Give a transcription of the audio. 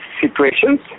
situations